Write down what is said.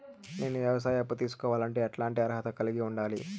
నేను వ్యవసాయ అప్పు తీసుకోవాలంటే ఎట్లాంటి అర్హత కలిగి ఉండాలి?